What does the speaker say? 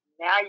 now